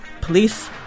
police